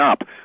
up